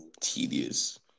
tedious